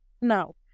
No